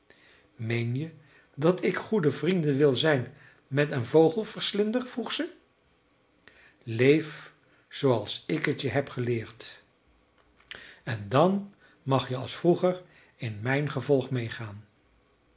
meen je dat ik goede vrienden wil zijn met een vogelverslinder vroeg ze leef zooals ik het je heb geleerd en dan mag je als vroeger in mijn gevolg